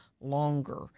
longer